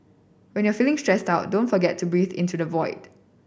when you are feeling stressed out don't forget to breathe into the void